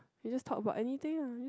you just talk about anything ah